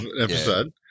episode